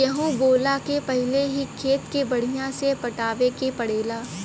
गेंहू बोअला के पहिले ही खेत के बढ़िया से पटावे के पड़ेला